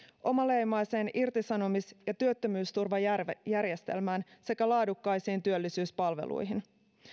omaleimaiseen irtisanomis ja työttömyysturvajärjestelmään sekä laadukkaisiin työllisyyspalveluihin